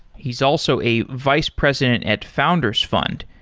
he's also a vice president at founders fund,